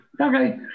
okay